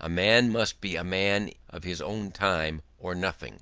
a man must be a man of his own time, or nothing